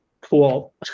cool